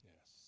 Yes